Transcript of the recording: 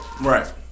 Right